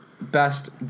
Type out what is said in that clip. best